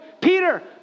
Peter